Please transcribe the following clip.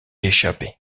échapper